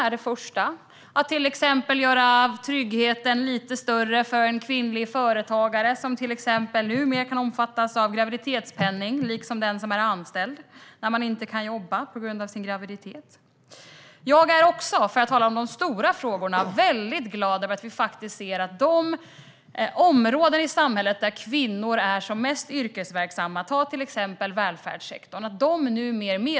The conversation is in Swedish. Vi gjorde till exempel tryggheten för kvinnliga företagare lite större. Numera omfattas kvinnliga företagare som inte kan jobba på grund av graviditet av graviditetspenning, precis som den som är anställd. När vi talar om de stora frågorna vill jag också säga att jag är väldigt glad över att det numera finns möjlighet för kvinnor att starta och driva företag inom de områden i samhället där kvinnor är som mest yrkesverksamma, till exempel välfärdssektorn.